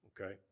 Okay